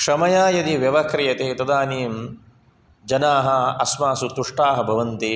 क्षमया यदा व्यवह्रीयते तदानीं जनाः अस्मासु तुष्टाः भवन्ति